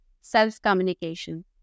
self-communication